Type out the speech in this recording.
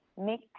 Make